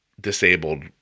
disabled